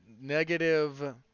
negative